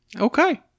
Okay